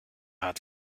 hat